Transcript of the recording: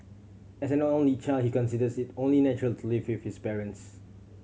as an only child he considers it only natural to live with his parents